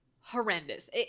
horrendous